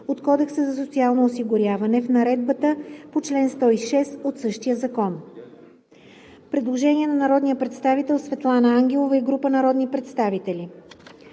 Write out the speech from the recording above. от Кодекса за социално осигуряване в наредбата по чл. 106 от същия закон.“ Предложение на народния представител Светлана Ангелова и група народни представители.